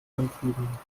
einfügen